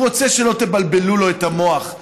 הוא רוצה שלא תבלבלו לו את המוח.